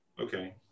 Okay